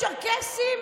צ'רקסים,